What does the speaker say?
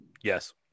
Yes